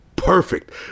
perfect